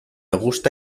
gusta